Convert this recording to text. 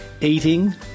eating